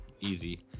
easy